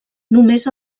només